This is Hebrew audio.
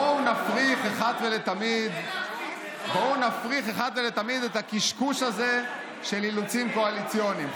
בואו נפריך אחת ולתמיד את הקשקוש הזה של אילוצים קואליציוניים,